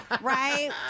right